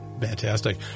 Fantastic